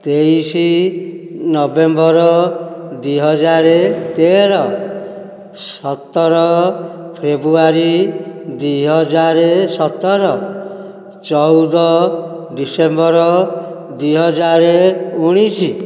ତେଇଶ ନଭେମ୍ବର ଦୁଇହଜାର ତେର ସତର ଫେବୃଆରୀ ଦୁଇହଜାର ସତର ଚଉଦ ଡିସେମ୍ବର ଦୁଇହଜାର ଉଣେଇଶହ